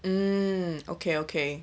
mm okay okay